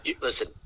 listen